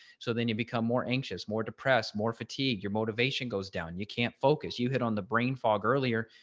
so then you become more anxious, more depressed, more fatigue, your motivation goes down. you can't focus you hit on the brain fog earlier,